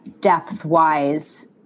depth-wise